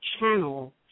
channel